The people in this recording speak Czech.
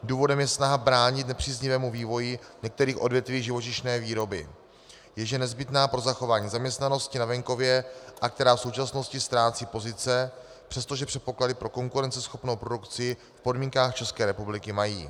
Důvodem je snaha bránit nepříznivému vývoji některých odvětví živočišné výroby, jež jsou nezbytné pro zachování zaměstnanosti na venkově a které v současnosti ztrácejí pozice, přestože předpoklady pro konkurenceschopnou produkci v podmínkách České republiky mají.